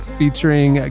featuring